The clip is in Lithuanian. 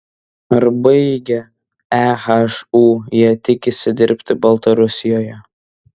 ar baigę ehu jie tikisi dirbti baltarusijoje